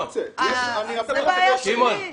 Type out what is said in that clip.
זו בעיה שלי.